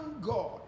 God